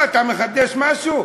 מה, אתה מחדש משהו?